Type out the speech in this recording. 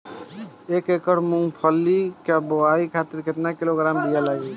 एक एकड़ मूंगफली क बोआई खातिर केतना किलोग्राम बीया लागी?